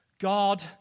God